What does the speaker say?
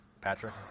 Patrick